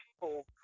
people